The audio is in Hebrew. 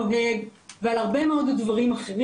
נוהג ועל עישון ועל עוד הרבה מאוד דברים אחרים,